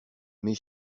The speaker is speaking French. mes